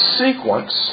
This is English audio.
sequence